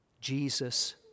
Jesus